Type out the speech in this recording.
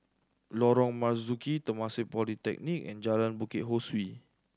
Lorong Marzuki Temasek Polytechnic and Jalan Bukit Ho Swee